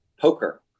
poker